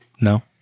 no